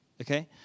Okay